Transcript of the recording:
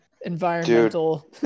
environmental